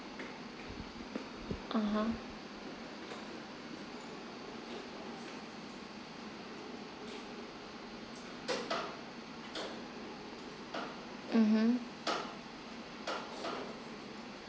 a'ah mmhmm